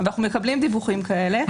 ואנחנו מקבלים דיווחים כאלה.